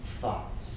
thoughts